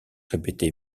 répété